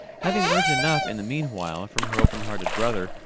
having learnt enough, in the meanwhile, from her open-hearted brother,